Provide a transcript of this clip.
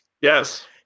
Yes